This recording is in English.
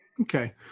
Okay